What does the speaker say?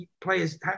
players